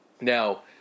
Now